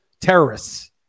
terrorists